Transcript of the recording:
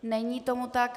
Není tomu tak.